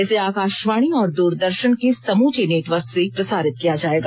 इसे आकाशवाणी और दूरदर्शन के समूचे नेटवर्क से प्रसारित किया जाएगा